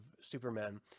Superman